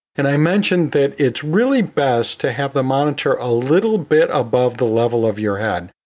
and i mentioned that it's really best to have the monitor a little bit above the level of your head,